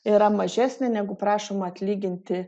yra mažesnė negu prašoma atlyginti